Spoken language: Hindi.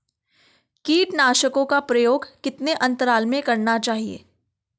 कीटनाशकों का प्रयोग कितने अंतराल में करना चाहिए?